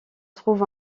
trouve